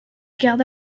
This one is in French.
garda